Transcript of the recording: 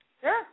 Sure